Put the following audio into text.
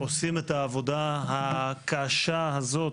-- שעושים את העבודה הקשה הזאת,